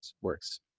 works